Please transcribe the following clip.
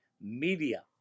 Media